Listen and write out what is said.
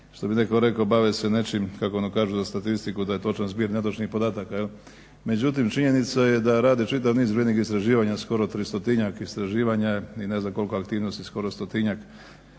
što bi netko rekao bave se nečim, kako ono kažu za statistiku da je točan zbir netočnih podataka. Međutim, činjenica je da rade čitav niz … istraživanja, skoro 300-tinjak istraživanja i ne znam koliko aktivnosti skoro 100-tinjak